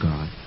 God